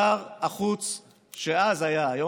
שר החוץ שהיה אז,